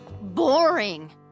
boring